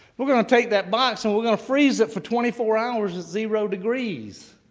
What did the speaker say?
we're going to take that box, and we're going to freeze it for twenty four hours at zero degrees,